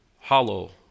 hollow